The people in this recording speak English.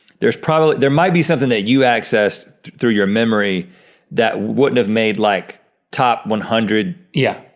there's probably, there might be something that you accessed through your memory that wouldn't have made like top one hundred. yeah.